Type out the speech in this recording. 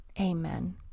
amen